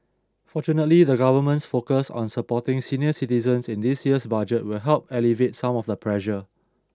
fortunately the government's focus on supporting senior citizens in this year's budget will help alleviate some of the pressure